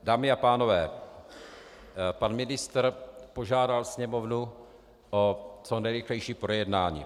Dámy a pánové, pan ministr požádal Sněmovnu o co nejrychlejší projednání.